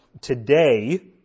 today